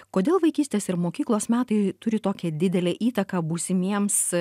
kodėl vaikystės ir mokyklos metai turi tokią didelę įtaką būsimiems